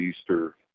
Easter